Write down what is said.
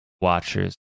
watchers